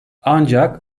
ancak